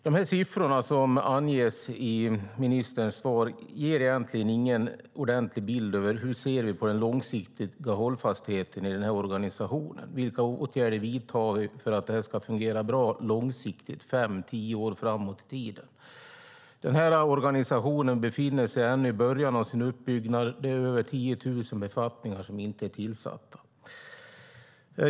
De siffror som anges i ministerns svar ger egentligen ingen ordentlig bild av hur vi ser på den långsiktiga hållfastheten i organisationen. Vilka åtgärder vidtar vi för att det ska fungera bra långsiktigt fem och tio år framåt i tiden? Organisationen befinner sig ännu i början av sin uppbyggnad. Över 10 000 befattningar är inte tillsatta.